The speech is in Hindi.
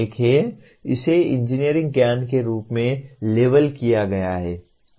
इसे इंजीनियरिंग ज्ञान के रूप में लेबल किया गया है